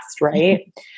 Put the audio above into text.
right